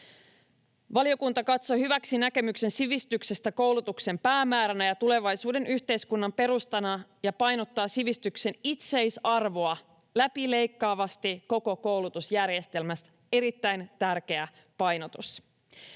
Valiokunta katsoi hyväksi näkemyksen sivistyksestä koulutuksen päämääränä ja tulevaisuuden yhteiskunnan perustana ja painottaa sivistyksen itseisarvoa läpileikkaavasti koko koulutusjärjestelmässä — erittäin tärkeä painotus.